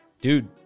Dude